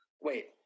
wait